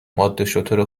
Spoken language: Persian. مادهشتر